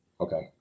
Okay